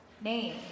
name